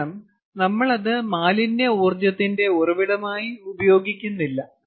കാരണം നമ്മൾ അത് മാലിന്യ ഊർജ്ജത്തിന്റെ ഉറവിടമായി ഉപയോഗിക്കുന്നില്ല